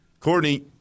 Courtney